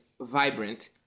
vibrant